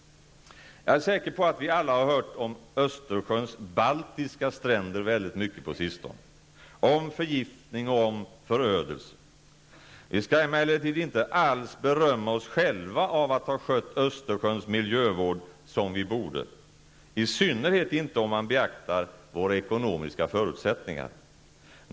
Jag är säker på att vi alla på sistone har hört mycket om Östersjöns baltiska stränder, om förgiftning och förödelse. Vi skall emellertid inte alls berömma oss själva av att ha skött Östersjöns miljövård som vi borde, i synnerhet inte om man beaktar våra ekonomiska förutsättningar.